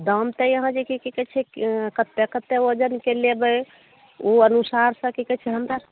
दाम तऽ यहाँ जे की कहै छै कतेक कतेक ओजनके लेबै ओ अनुसार सँ की कहै छै हमरा